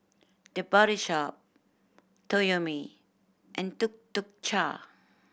The Body Shop Toyomi and Tuk Tuk Cha